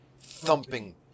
thumping